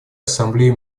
ассамблея